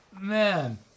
man